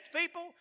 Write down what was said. people